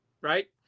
right